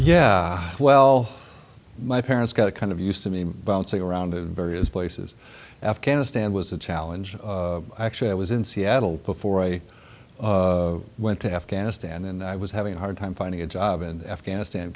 yeah well my parents got a kind of used to me bouncing around in various places afghanistan was a challenge actually i was in seattle before i went to afghanistan and i was having a hard time finding a job and afghanistan